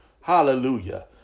Hallelujah